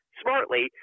smartly